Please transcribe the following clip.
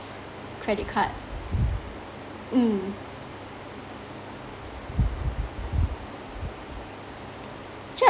credit card mm actually